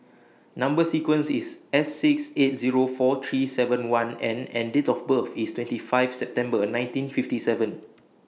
Number sequence IS S six eight Zero four three seven one N and Date of birth IS twenty five September nineteen fifty seven